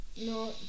no